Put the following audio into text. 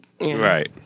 Right